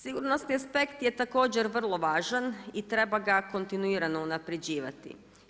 Sigurnosni aspekt je također vrlo važan i treba ga kontinuirano unapređivati.